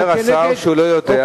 אומר השר שהוא לא יודע,